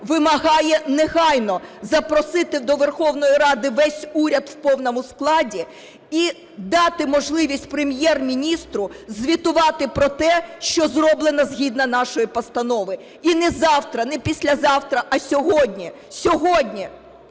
вимагає негайно запросити до Верховної Ради весь уряд в повному складі і дати можливість Прем'єр-міністру звітувати про те, що зроблено згідно нашої постанови. І не завтра, не післязавтра, а сьогодні – сьогодні!